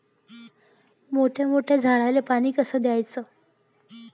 मोठ्या मोठ्या झाडांले पानी कस द्याचं?